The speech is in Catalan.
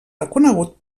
reconegut